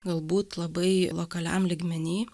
galbūt labai lokaliam lygmeny